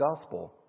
gospel